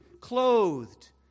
Clothed